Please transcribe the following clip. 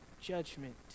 judgment